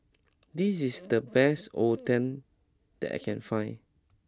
this is the best Oden that I can find